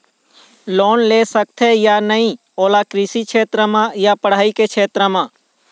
Loan ले सकथे या नहीं ओला कृषि क्षेत्र मा या पढ़ई के क्षेत्र मा?